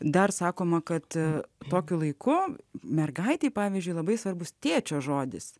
dar sakoma kad tokiu laiku mergaitei pavyzdžiui labai svarbus tėčio žodis